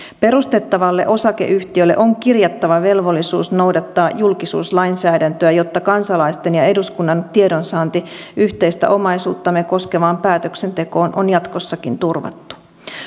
perustettavalle osakeyhtiölle on kirjattava velvollisuus noudattaa julkisuuslainsäädäntöä jotta kansalaisten ja eduskunnan tiedonsaanti yhteistä omaisuuttamme koskevaan päätöksentekoon on jatkossakin turvattu